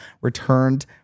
returned